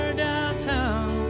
downtown